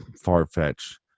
far-fetched